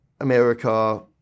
America